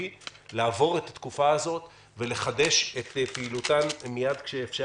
לעבור את התקופה הזאת ולחדש את פעילותן מיד כשיתאפשר.